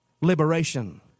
liberation